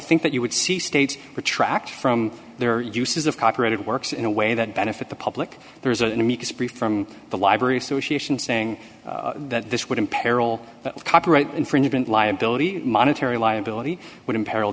think that you would see states retract from their uses of copyrighted works in a way that benefit the public there is an amicus brief from the library association saying that this would imperil copyright infringement liability monetary liability would imperil